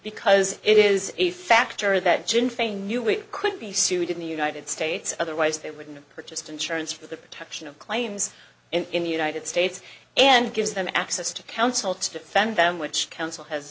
because it is a factor that gin fein knew we could be sued in the united states otherwise they wouldn't have purchased insurance for the protection of claims in the united states and gives them access to counsel to defend them which counsel has